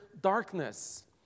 darkness